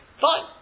Fine